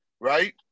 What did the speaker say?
Right